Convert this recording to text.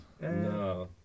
No